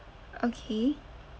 okay